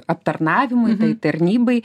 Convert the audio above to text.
aptarnavimui tai tarnybai